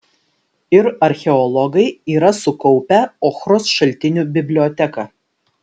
ir archeologai yra sukaupę ochros šaltinių biblioteką